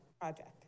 project